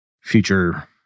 future